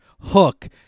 Hook